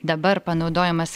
dabar panaudojamas